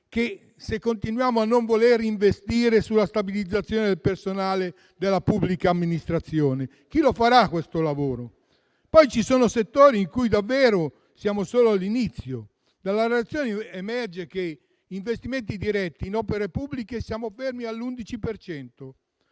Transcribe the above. se continuiamo a non voler investire sulla stabilizzazione del personale della pubblica amministrazione? Chi farà questo lavoro? Vi sono poi settori in cui siamo davvero solo all'inizio. Dalla relazione emerge che gli investimenti diretti in opere pubbliche sono fermi all'11